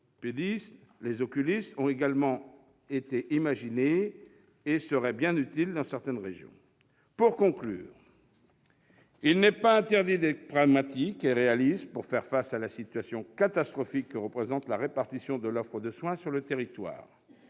les oculistes ont également été imaginées et seraient bien utiles dans certaines régions. Pour conclure, je souhaite dire qu'il n'est pas interdit d'être pragmatique et réaliste pour faire face à la situation catastrophique de la répartition de l'offre de soins sur le territoire.